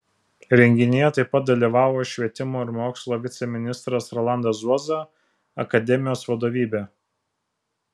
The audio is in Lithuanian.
renginyje taip pat dalyvavo švietimo ir mokslo viceministras rolandas zuoza akademijos vadovybė